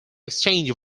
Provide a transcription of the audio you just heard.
exchange